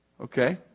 Okay